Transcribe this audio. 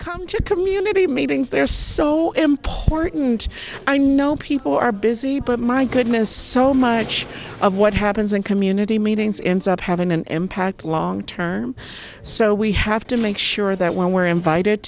come to community meetings they're so important i know people are busy but my goodness so much of what happens in community meetings ends up having an impact long term so we have to make sure that when we're invited